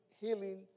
healing